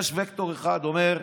יש וקטור אחד שאומר: